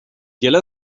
yellow